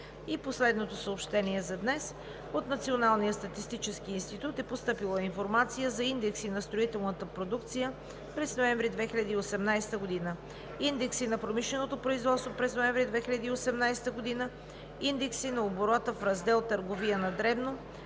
Народното събрание; – от Националния статистически институт е постъпила информация за Индекси на строителната продукция през ноември 2018 г., Индекси на промишленото производство през ноември 2018 г., Индекси на оборота в раздел „Търговия на дребно“